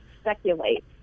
speculate